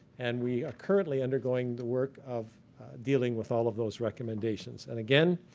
and we are currently undergoing the work of dealing with all of those recommendations. and again,